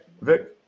Vic